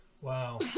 Wow